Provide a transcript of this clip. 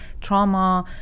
trauma